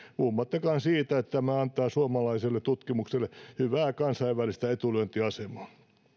puhumattakaan siitä että tämä antaa suomalaiselle tutkimukselle hyvää kansainvälistä etulyöntiasemaa